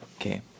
Okay